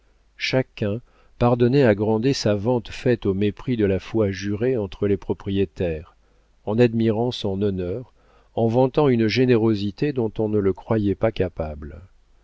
chacun pardonnait à grandet sa vente faite au mépris de la foi jurée entre les propriétaires en admirant son honneur en vantant une générosité dont on ne le croyait pas capable